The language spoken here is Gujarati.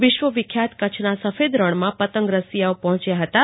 વિશ્વ વિખ્યાત કચ્છનાં સફેદ રજ્ઞમાં પતંગ રસીયાઓ પહોંચ્યા હતાં